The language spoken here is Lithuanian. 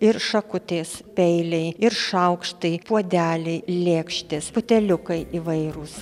ir šakutės peiliai ir šaukštai puodeliai lėkštės buteliukai įvairūs